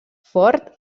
ford